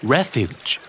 Refuge